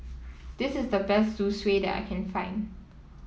this is the best Zosui that I can find